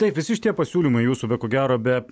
taip visi šitie pasiūlymai jūsų be ko gero be